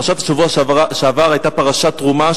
פרשת השבוע שעבר היתה פרשת תרומה,